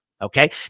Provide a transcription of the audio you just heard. Okay